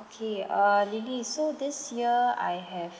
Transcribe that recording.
okay uh lily so this year I have